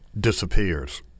disappears